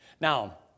Now